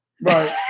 Right